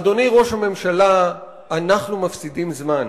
אדוני ראש הממשלה, אנחנו מפסידים זמן.